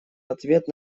ответ